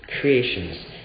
creations